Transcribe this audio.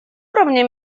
уровне